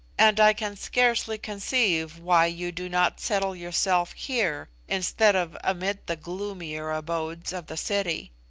and i can scarcely conceive why you do not settle yourself here instead of amid the gloomier abodes of the city.